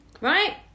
right